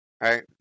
Right